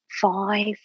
five